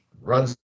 runs